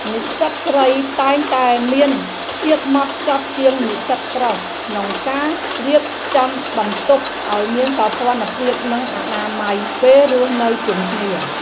និស្សិតស្រីតែងតែមានភាពហ្មត់ចត់ជាងនិស្សិតប្រុសក្នុងការរៀបចំបន្ទប់ឱ្យមានសោភ័ណភាពនិងអនាម័យពេលរស់នៅជុំគ្នា។